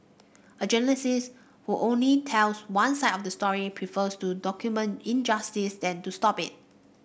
a journalist who only tells one side of the story prefers to document injustice than to stop it